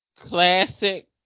Classic